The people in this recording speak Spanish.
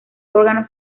órganos